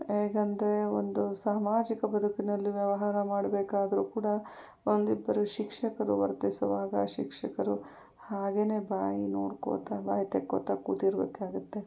ಹೇಗಂದರೆ ಒಂದು ಸಾಮಾಜಿಕ ಬದುಕಿನಲ್ಲಿ ವ್ಯವಹಾರ ಮಾಡಬೇಕಾದ್ರು ಕೂಡ ಒಂದಿಬ್ಬರು ಶಿಕ್ಷಕರು ವರ್ತಿಸುವಾಗ ಶಿಕ್ಷಕರು ಹಾಗೇನೆ ಬಾಯಿ ನೋಡ್ಕೋತಾ ಬಾಯಿ ತೆಕ್ಕೋತಾ ಕೂತಿರ್ಬೇಕಾಗತ್ತೆ